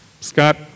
Scott